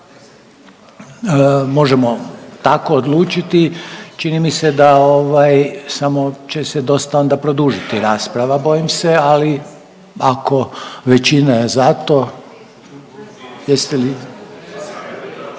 Možemo tako odlučiti, čini mi se da ovaj, samo će se dosta onda produžiti rasprava, bojim se, ali ako većina je za to,